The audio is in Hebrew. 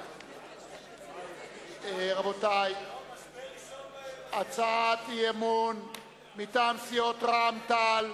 רבותי, הצעת סיעות רע"ם-תע"ל,